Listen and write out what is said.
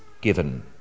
given